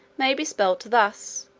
may be spelt thus,